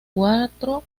cuatro